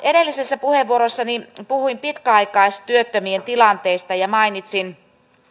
edellisessä puheenvuorossani puhuin pitkäaikaistyöttömien tilanteesta ja mainitsin